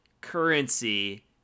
currency